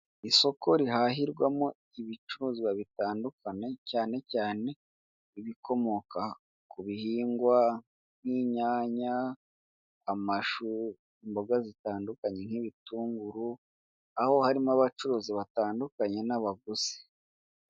Isoko rihahirwamo ibicuruzwa bitandukanye cyane cyane ibikomoka ku bihingwa nk'inyanya amashu imboga zitandukanye nk'ibitunguru aho harimo abacuruzi batandukanye n'abaguzi.